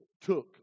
took